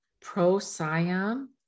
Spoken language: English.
Procyon